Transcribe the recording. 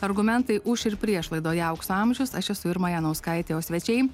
argumentai už ir prieš laidoje aukso amžius aš esu irma janauskaitė o svečiai